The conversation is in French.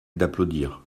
d’applaudir